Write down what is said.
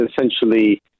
essentially